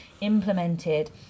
implemented